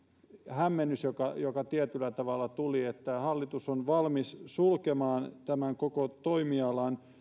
hämmennys joka joka tietyllä tavalla tuli että hallitus on valmis sulkemaan tämän koko toimialan